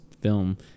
film